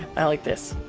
i like this.